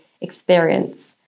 experience